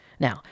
Now